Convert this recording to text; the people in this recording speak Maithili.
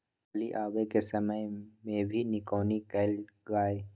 फली आबय के समय मे भी निकौनी कैल गाय?